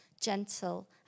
gentle